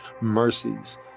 mercies